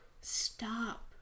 Stop